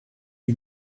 you